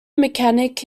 mechanic